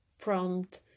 prompt